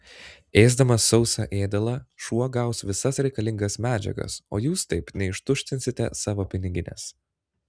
ėsdamas sausą ėdalą šuo gaus visas reikalingas medžiagas o jūs taip neištuštinsite savo piniginės